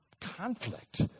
conflict